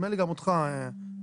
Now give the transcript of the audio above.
נדמה לי גם אותך, אסף.